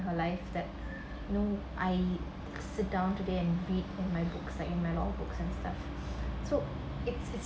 in her life that you know I sit down today and read in my books like in my law books and stuff so it's it's